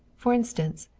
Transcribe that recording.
for instance,